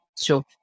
show